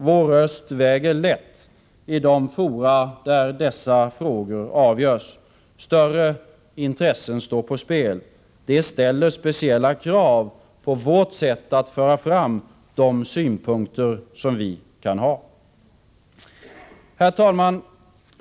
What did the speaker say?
Vår röst väger lätt i de fora där dessa frågor avgörs. Större intressen står på spel. Det ställer speciella krav på vårt sätt att föra fram de synpunkter vi kan ha. Herr talman!